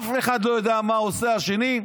אף אחד לא יודע מה עושה השני,